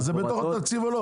אז זה בתוך התקציב או לא?